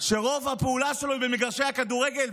שרוב הפעולה שלו היא במגרשי הכדורגל,